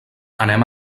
anem